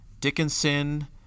Dickinson